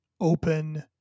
open